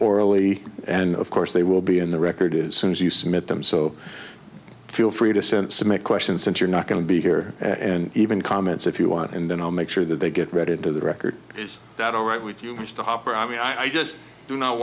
orally and of course they will be in the record as soon as you submit them so feel free to send some a question since you're not going to be here and even comments if you want and then i'll make sure that they get read into the record is that all right with you mr hopper i mean i just do not